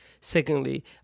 secondly